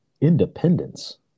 independence